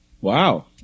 Wow